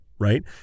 right